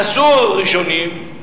נסעו ראשונים.